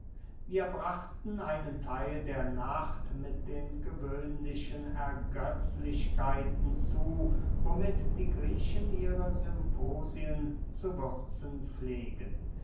wir brachten einen theil der nacht mit den gewöhnlichen ergetzlichkeiten zu womit die griechen ihre symposien zu würzen pflegen